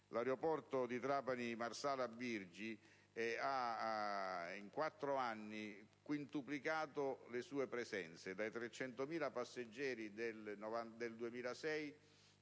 L'aeroporto di Trapani Marsala Birgi in quattro anni ha quintuplicato le sue presenze: dai 300.000 passeggeri del 2006